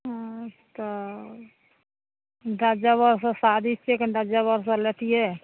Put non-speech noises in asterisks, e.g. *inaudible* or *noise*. हूँ तऽ *unintelligible* सँ शादी छै *unintelligible* सँ लेतिऐ